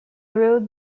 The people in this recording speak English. road